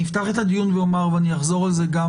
אני אפתח את הדיון ואומר, ואני אחזור על זה גם